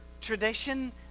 tradition